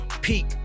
peak